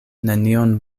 nenion